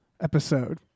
episode